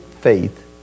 faith